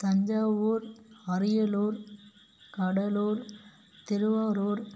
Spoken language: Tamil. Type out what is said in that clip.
தஞ்சாவூர் அரியலூர் கடலூர் திருவாரூர்